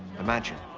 imagine,